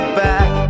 back